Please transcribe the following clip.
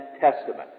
testament